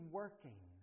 working